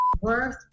worth